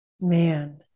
man